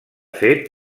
fet